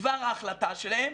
בדבר ההחלטה שלהם.